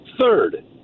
third